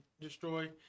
Destroy